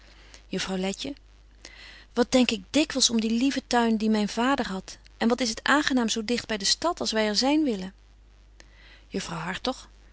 juffrouw letje wat denk ik dikwyls om dien lieven tuin dien myn vader hadt en wat is het aangenaam zo digt by de stad als wy er zyn willen